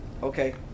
Okay